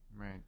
Right